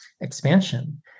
expansion